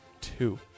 Two